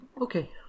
Okay